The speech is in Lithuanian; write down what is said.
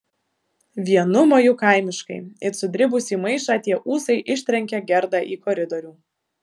vienu moju kaimiškai it sudribusį maišą tie ūsai ištrenkė gerdą į koridorių